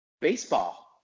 baseball